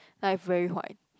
like very white